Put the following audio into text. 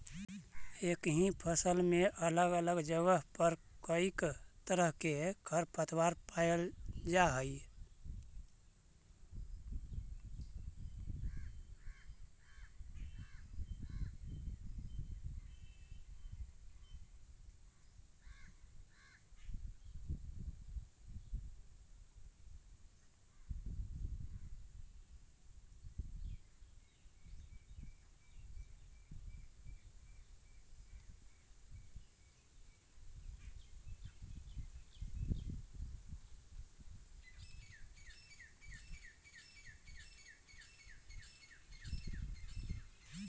एक ही फसल में अलग अलग जगह पर कईक तरह के खरपतवार पायल जा हई